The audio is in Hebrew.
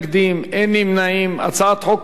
ההצעה להעביר את הצעת חוק